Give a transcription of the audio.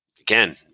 Again